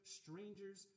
strangers